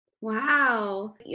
Wow